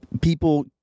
people